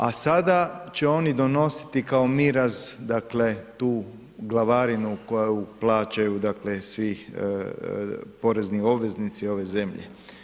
A sada će oni donositi kao miraz, dakle, tu glavarinu u koju plaćaju svi porezni obveznici ove zemlje.